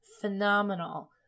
phenomenal